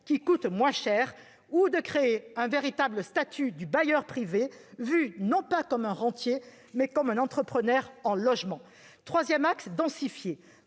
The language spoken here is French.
pourtant moins cher, et de créer un statut du bailleur privé vu non pas comme un rentier, mais comme un entrepreneur en logement. Troisième axe : densifier.